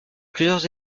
plusieurs